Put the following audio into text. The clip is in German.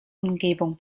umgebung